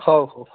ହଉ ହଉ